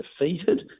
defeated